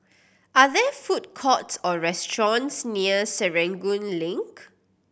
are there food courts or restaurants near Serangoon Link